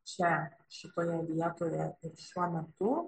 čia šitoje vietoje ir šiuo metu